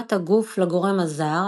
תגובת הגוף לגורם הזר,